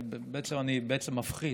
אני בעצם מפחית,